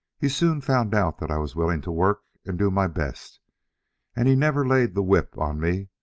he soon found out that i was willing to work and do my best and he never laid the whip on me,